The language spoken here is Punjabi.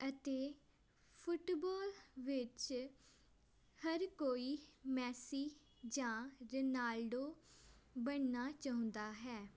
ਅਤੇ ਫੁੱਟਬੋਲ ਵਿੱਚ ਹਰ ਕੋਈ ਮੈਸੀ ਜਾਂ ਰਨਾਲਡੋ ਬਣਨਾ ਚਾਹੁੰਦਾ ਹੈ